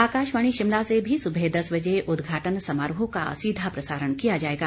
आकाशवाणी शिमला से भी सुबह दस बजे उदघाटन समारोह का सीधा प्रसारण किया जाएगा